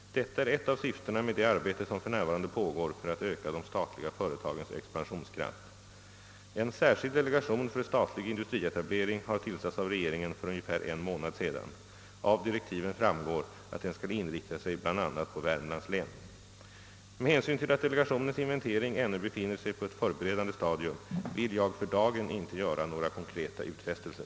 Detta är ett av syftena med det arbete som f.n. pågår för att öka de statliga företagens expansionskraft. En särskild delegation för statlig industrietablering har tillsatts av regeringen för ungefär en månad sedan. Av direktiven framgår att den skall inrikta sig på bl.a. Värmlands län. Med hänsyn till att delegationens inventering ännu befinner sig på ett förberedande stadium, vill jag för dagen inte göra några konkreta utfästelser.